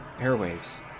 airwaves